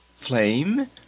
Flame